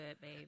babe